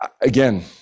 Again